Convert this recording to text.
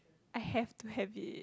I have to have it